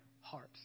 hearts